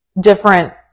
different